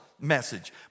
message